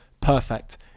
perfect